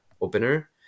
opener